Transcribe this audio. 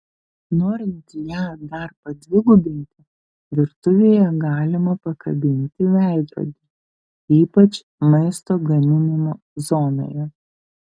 norint ją dar padvigubinti virtuvėje galima pakabinti veidrodį ypač maisto gaminimo zonoje